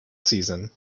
season